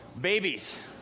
Babies